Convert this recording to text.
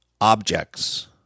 objects